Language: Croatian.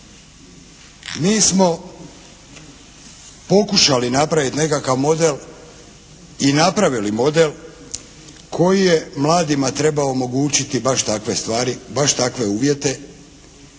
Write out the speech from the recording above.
Mi smo pokušali napraviti nekakav model i napravili model koji je mladima trebao omogućiti baš takve uvjete